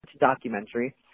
documentary